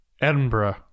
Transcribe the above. Edinburgh